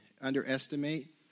Underestimate